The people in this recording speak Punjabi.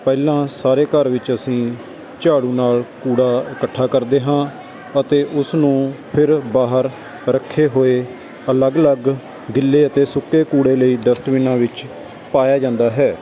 ਪਹਿਲਾਂ ਸਾਰੇ ਘਰ ਵਿੱਚ ਅਸੀਂ ਝਾੜੂ ਨਾਲ ਕੂੜਾ ਇਕੱਠਾ ਕਰਦੇ ਹਾਂ ਅਤੇ ਉਸ ਨੂੰ ਫਿਰ ਬਾਹਰ ਰੱਖੇ ਹੋਏ ਅਲੱਗ ਅਲੱਗ ਗਿੱਲੇ ਅਤੇ ਸੁੱਕੇ ਕੂੜੇ ਲਈ ਡਸਟਵੀਨਾਂ ਵਿੱਚ ਪਾਇਆ ਜਾਂਦਾ ਹੈ